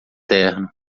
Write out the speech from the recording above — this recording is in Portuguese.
terno